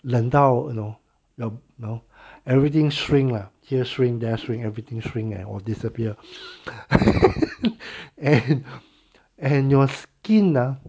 冷到:len dao you know you know know everything shrink 了 here shrink there shrink everything shrink or disappear and and your skin ah